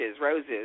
roses